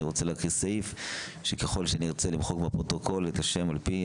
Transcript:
אני רוצה להקריא סעיף שככל שנרצה למחוק בפרוטוקול את השם על פי